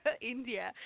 India